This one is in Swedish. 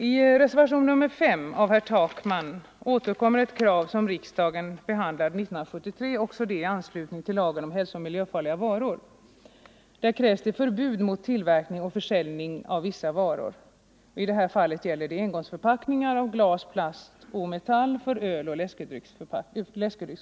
I reservationen 5 av herr Takman återkommer ett krav som riksdagen behandlade 1973, också det i anslutning till lagen om hälsooch miljöfarliga varor. Där krävs det förbud mot tillverkning och försäljning av vissa varor. I det här fallet gäller det engångsförpackningar av glas, plast och metall för öl och läskedrycker.